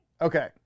Okay